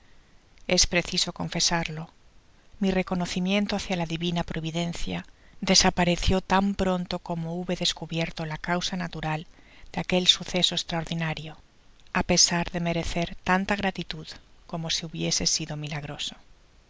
es preciso confesarlo mi reconocimiento hácia la divina providencia desapareció tan pronto como hube descubierto la causa natural de aquel suceso estraordinario á pesar de merecer tanta gratitud como si hubiese sido milagroso